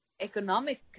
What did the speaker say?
economic